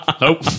Nope